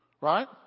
Right